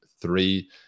three